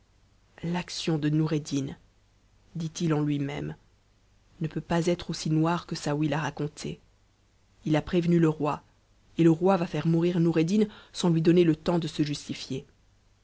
l'action de noureddin dit-il en lui-même ne peut pas être aussi noire que saouy l'a raconté il a prévenu le roi et le roi va faire mourir noureddin sans lui donner le temps de se justifier